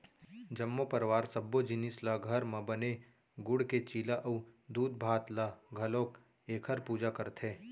जम्मो परवार सब्बो जिनिस ल घर म बने गूड़ के चीला अउ दूधभात ल चघाके एखर पूजा करथे